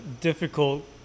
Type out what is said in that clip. difficult